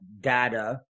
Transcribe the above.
data